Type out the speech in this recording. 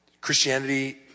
Christianity